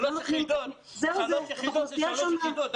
שלוש יחידות זה שלוש יחידות.